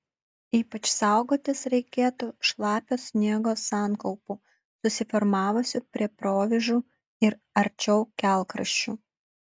ypač saugotis reikėtų šlapio sniego sankaupų susiformavusių prie provėžų ir arčiau kelkraščių